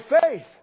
faith